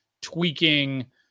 tweaking